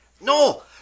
No